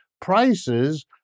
prices